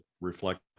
reflect